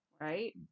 Right